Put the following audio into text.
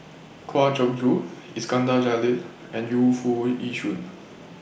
Kwa Geok Choo Iskandar Jalil and Yu Foo Yee Shoon